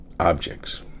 objects